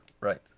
Right